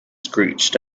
screeched